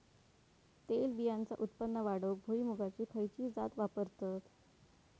तेलबियांचा उत्पन्न वाढवूक भुईमूगाची खयची जात वापरतत?